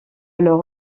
leur